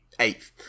Eighth